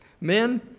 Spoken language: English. Men